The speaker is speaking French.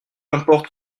importe